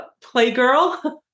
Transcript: playgirl